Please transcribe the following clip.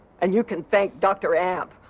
and you can thank dr. amp.